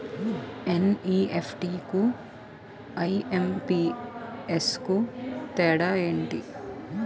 NEFT కు IMPS కు తేడా ఎంటి?